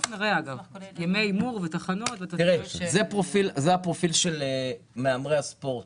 זה הפרופיל של מהמרי הספורט,